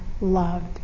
loved